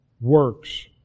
works